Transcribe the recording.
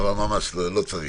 אבל ממש לא, לא צריך.